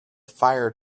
fire